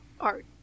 art